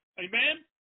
Amen